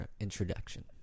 introduction